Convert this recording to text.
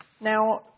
Now